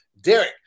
Derek